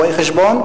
רואי-חשבון,